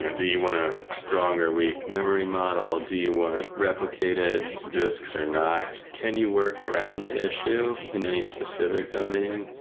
and do you want a strong or weak memory model? do you want replicated disks or not? can you work around the issue in any specific domain?